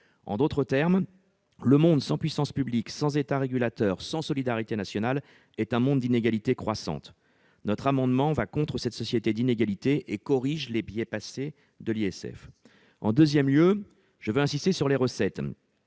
En d'autres termes, le monde sans puissance publique, sans État régulateur et sans solidarité nationale est un monde d'inégalités croissantes. Notre amendement va contre cette société d'inégalités et corrige les biais passés de l'ISF. Ensuite, je veux insister sur les recettes.